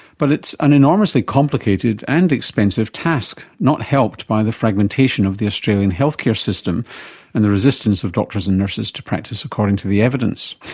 but it's an enormously complicated and expensive task, not helped by the fragmentation of the australian healthcare system and the resistance of doctors and nurses to practice according to the evidence.